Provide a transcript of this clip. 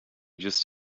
just